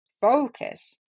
focus